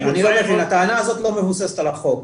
הטענה הזאת לא מבוססת על החוק,